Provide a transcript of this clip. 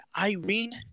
Irene